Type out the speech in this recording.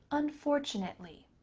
unfortunately.